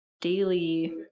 daily